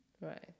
Right